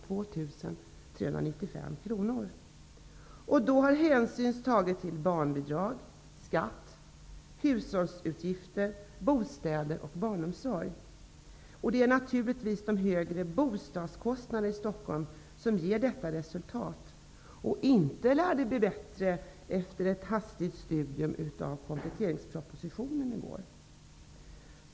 Då har hänsyn tagits till barnbidrag, skatt, hushållsutgifter, bostäder och barnomsorg. Det är naturligtvis de högre bostadskostnaderna i Stockholm som ger detta resultat. Inte lär det bli bättre efter att ha gjort ett hastigt studium av kompletteringspropositionen.